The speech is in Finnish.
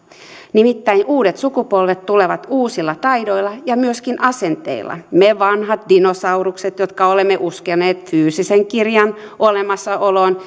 nimittäin uudet sukupolvet tulevat uusilla taidoilla ja myöskin asenteilla me vanhat dinosaurukset jotka olemme uskoneet fyysisen kirjan olemassaoloon